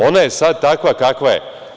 Ona je sad takva kakva je.